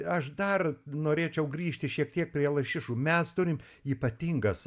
aš dar norėčiau grįžti šiek tiek prie lašišų mes turim ypatingas